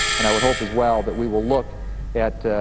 and i would hope as well that we will look at